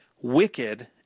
wicked